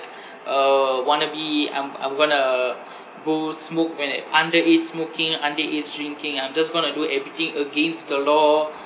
uh wannabe I'm I'm going to go smoke when at underage smoking underage drinking I'm just going to do everything against the law